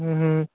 हूं हूं